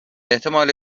احتمال